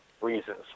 reasons